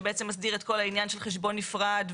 שמסדיר את כל העניין של חשבון נפרד,